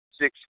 six